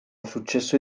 successo